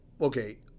Okay